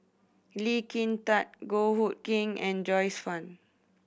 Lee Kin Tat Goh Hood Keng and Joyce Fan